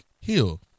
Hill